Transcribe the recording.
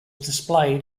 displayed